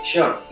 Sure